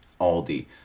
Aldi